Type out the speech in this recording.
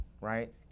right